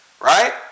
Right